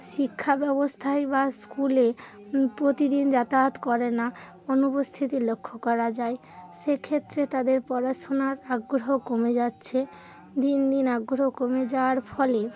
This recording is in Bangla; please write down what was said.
শিক্ষা ব্যবস্থায় বা স্কুলে প্রতিদিন যাতায়াত করে না অনুপস্থিতি লক্ষ করা যায় সেক্ষেত্রে তাদের পড়াশোনার আগ্রহ কমে যাচ্ছে দিন দিন আগ্রহ কমে যাওয়ার ফলে